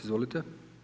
Izvolite.